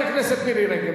חברת הכנסת מירי רגב,